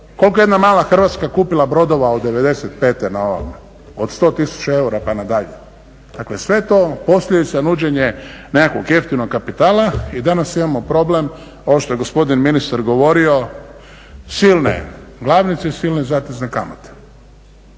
Koliko je jedna mala Hrvatska kupila brodova od '95. na ovome? Od 100 tisuća eura pa na dalje. Dakle, sve je to posljedica, nuđenje nekakvog jeftinog kapitala i danas imamo problem ovo što je gospodin ministar govorio, silne glavnice, silne zatezne kamate.